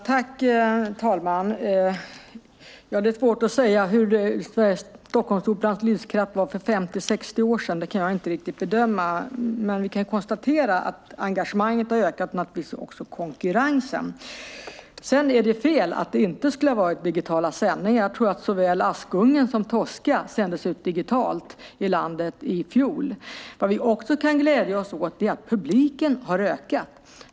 Herr talman! Det är svårt att säga hur Stockholmsoperans lyskraft var för 50-60 år sedan. Det kan jag inte riktigt bedöma. Men vi kan konstatera att engagemanget har ökat och naturligtvis också konkurrensen. Sedan är det fel att det inte skulle ha varit digitala sändningar. Jag tror att såväl Askungen som Tosca sändes ut digitalt i landet i fjol. Vi kan också glädja oss åt att publiken har ökat.